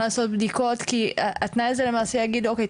אנחנו לא מחייבים לעשות בדיקות כי התנאי הזה למעשה יגיד אוקיי,